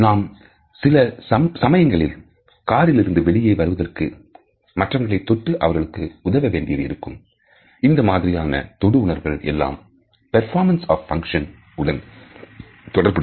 நாம் சில சமயங்களில் காரிலிருந்து வெளியே வருவதற்கு மற்றவர்களை தொட்டு அவர்களுக்கு உதவ வேண்டி இருக்கும் இந்த மாதிரியான தொடு உணர்வுகள் எல்லாம் performance of a function உடன் தொடர்புடையது